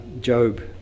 Job